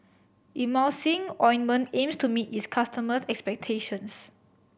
Emulsying Ointment aims to meet its customers' expectations